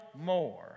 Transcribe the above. more